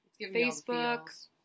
Facebook